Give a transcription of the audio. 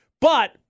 But-